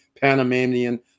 Panamanian